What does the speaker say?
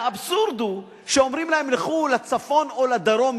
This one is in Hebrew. האבסורד הוא שאומרים להם: לכו לצפון או לדרום,